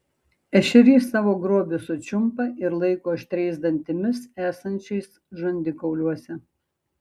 ešerys savo grobį sučiumpa ir laiko aštriais dantimis esančiais žandikauliuose